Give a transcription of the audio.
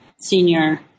senior